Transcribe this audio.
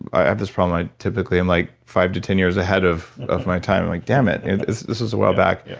i have this problem i typically i'm like five to ten years ahead of of my time i'm like damn it it this is a while back.